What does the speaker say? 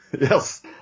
Yes